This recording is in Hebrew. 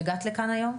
שהגעת לכאן היום.